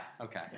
Okay